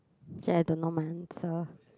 actually I don't know my answer